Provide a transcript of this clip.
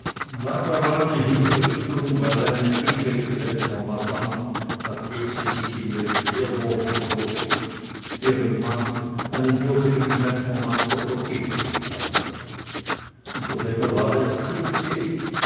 hinrichtung weil eine dicke klempnermadam nachdem sie sich in ihren lehrburschen verliebt ihren mann einen würdigen klempnermeister vergiftet hatte und der bengel war erst siebzehn